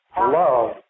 love